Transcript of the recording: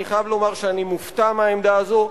אני חייב לומר שאני מופתע מהעמדה הזאת,